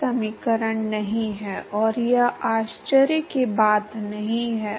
और इसलिए यदि आप अभिन्न पर काम करते हैं तो ऐसा करना बहुत कठिन नहीं है